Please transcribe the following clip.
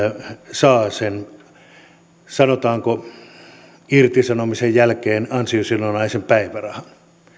saa sanotaanko irtisanomisen jälkeen ansiosidonnaisen päivärahan